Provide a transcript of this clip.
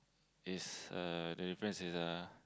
is uh the difference is uh